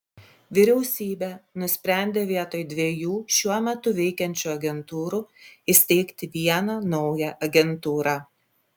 vyriausybė nusprendė vietoj dviejų šiuo metu veikiančių agentūrų įsteigti vieną naują agentūrą